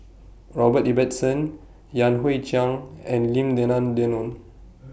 Robert Ibbetson Yan Hui Chang and Lim Denan Denon